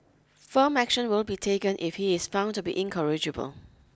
firm action will be taken if he is found to be incorrigible